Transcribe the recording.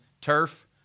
turf